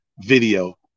video